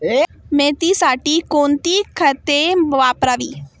मेथीसाठी कोणती खते वापरावी?